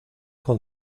con